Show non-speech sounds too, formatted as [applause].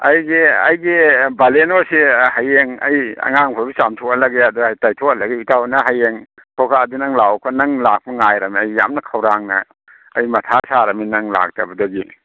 ꯑꯩꯒꯤ ꯕꯥꯂꯦꯅꯣꯁꯤ ꯍꯌꯦꯡ ꯑꯩ ꯑꯉꯥꯡ ꯈꯣꯏꯕꯨ ꯆꯥꯝꯊꯣꯛꯍꯜꯂꯒꯦ ꯑꯗꯣ ꯑꯩ ꯇꯩꯊꯣꯀꯍꯜꯂꯒꯦ ꯏꯇꯥꯎ ꯅꯪ ꯍꯌꯦꯡ [unintelligible] ꯅꯪ ꯂꯥꯛꯑꯣꯀꯣ ꯅꯪ ꯂꯥꯛꯄ ꯉꯥꯏꯔꯃꯤ ꯑꯩ ꯌꯥꯝꯅ ꯈꯧꯔꯥꯡꯅ ꯑꯩ ꯃꯊꯥ ꯁꯥꯔꯝꯅꯤ ꯅꯪ ꯂꯥꯛꯇꯕꯗꯒꯤ